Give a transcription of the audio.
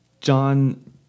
John